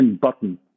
button